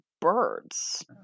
birds